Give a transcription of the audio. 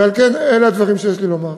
ועל כן אלה הדברים שיש לי לומר.